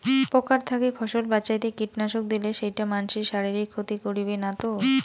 পোকার থাকি ফসল বাঁচাইতে কীটনাশক দিলে সেইটা মানসির শারীরিক ক্ষতি করিবে না তো?